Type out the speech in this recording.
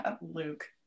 luke